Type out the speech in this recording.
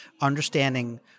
understanding